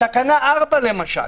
תקנה 4 למשל